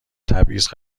تبعیض